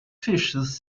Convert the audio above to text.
fishes